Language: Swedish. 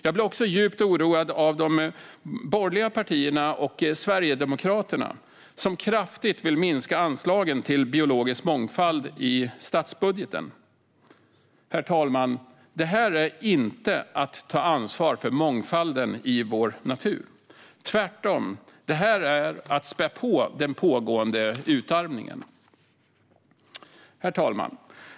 Jag blir även djupt oroad av att de borgerliga partierna och Sverigedemokraterna kraftigt vill minska anslagen till biologisk mångfald i statsbudgeten. Herr talman! Detta är inte att ta ansvar för mångfalden i vår natur. Tvärtom, det är att spä på den pågående utarmningen. Herr talman!